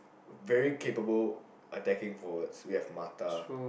very capable attacking forwards we have Marta